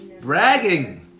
Bragging